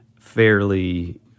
fairly